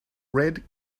red